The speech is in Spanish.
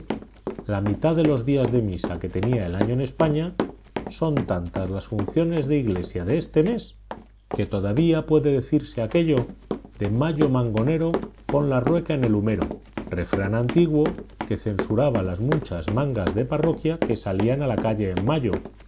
la mitad de los días de misa que tenía el año en españa son tantas las funciones de iglesia de este mes que todavía puede decirse aquello de mayo mangonero pon la rueca en el humero refrán antiguo que censuraba las muchas mangas de parroquia que salían a la calle en mayo